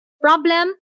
Problem